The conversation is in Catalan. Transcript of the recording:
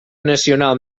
nacional